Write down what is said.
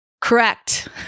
Correct